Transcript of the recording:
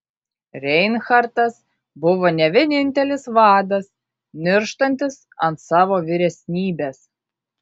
reinhartas buvo ne vienintelis vadas nirštantis ant savo vyresnybės